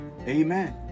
amen